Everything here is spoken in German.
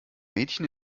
mädchen